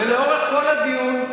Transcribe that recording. ולאורך כל הדיון,